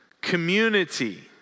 community